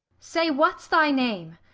say, what's thy name?